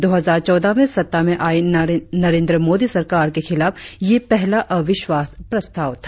दो हजार चौहद में सत्ता में आई नरेंद्र मोदी सरकार के खिलाफ यह पहला अविश्वास प्रस्ताव था